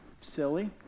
silly